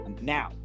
now